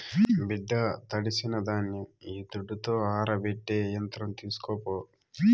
బిడ్డా తడిసిన ధాన్యం ఈ దుడ్డుతో ఆరబెట్టే యంత్రం తీస్కోపో